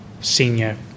senior